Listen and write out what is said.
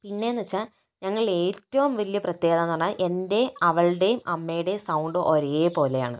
പിന്നെയെന്ന് വെച്ചാൽ ഞങ്ങളിലേറ്റവും വലിയ പ്രത്യേകത എന്ന് പറഞ്ഞാൽ എന്റേയും അവളുടേയും അമ്മയുടേയും സൗണ്ട് ഒരേപോലെയാണ്